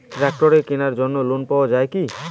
ট্রাক্টরের কেনার জন্য লোন পাওয়া যায় কি?